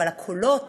אבל הקולות